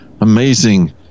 amazing